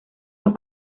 los